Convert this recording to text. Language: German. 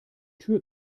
tür